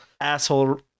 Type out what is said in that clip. asshole